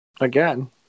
Again